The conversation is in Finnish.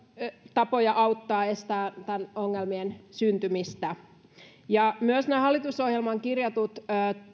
tapoja auttaa estämään näiden ongelmien syntymistä myös nämä hallitusohjelmaan kirjatut